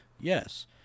yes